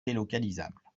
délocalisables